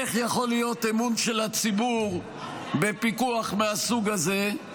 איך יכול להיות אמון של הציבור בפיקוח מהסוג הזה,